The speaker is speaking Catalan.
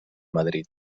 madrid